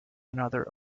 another